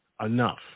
Enough